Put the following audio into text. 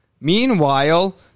Meanwhile